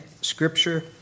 scripture